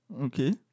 Okay